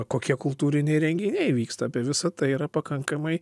kokie kultūriniai renginiai vyksta apie visa tai yra pakankamai